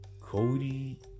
Cody